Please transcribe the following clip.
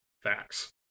Facts